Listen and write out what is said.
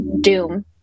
doom